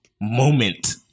moment